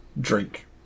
drink